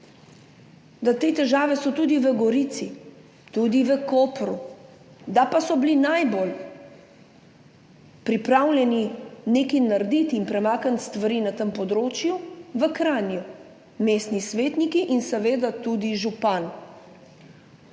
so te težave tudi v Gorici, tudi v Kopru, da pa so bili najbolj pripravljeni nekaj narediti in premakniti stvari na tem področju v Kranju mestni svetniki in seveda tudi župan.